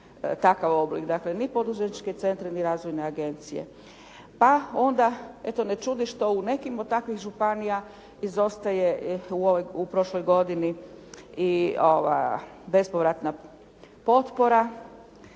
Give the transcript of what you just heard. Dakle, ni poduzetničke centre ni razvojne agencije. Pa onda eto ne čudi što u nekima od takvih županija izostaje u prošloj godini i bespovratna potpora.